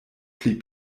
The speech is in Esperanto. pli